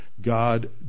God